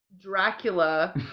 dracula